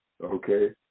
okay